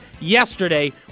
yesterday